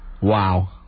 Wow